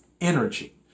energy